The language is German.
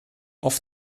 oft